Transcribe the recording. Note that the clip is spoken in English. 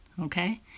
okay